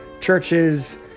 churches